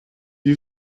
you